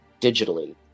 digitally